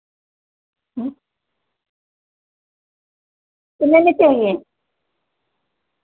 कितना में चाहिए